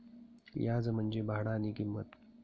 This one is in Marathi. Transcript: याज म्हंजी भाडानी किंमत